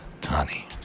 Tani